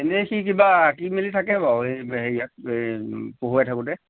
এনেই সি কিবা আঁকি মেলি থাকে বাৰু হেৰিয়াত এই পঢ়ুৱাই থাকোঁতে